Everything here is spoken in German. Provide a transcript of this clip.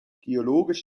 geologisch